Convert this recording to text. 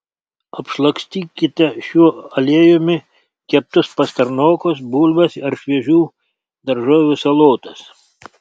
apšlakstykite šiuo aliejumi keptus pastarnokus bulves ar šviežių daržovių salotas